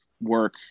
work